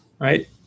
right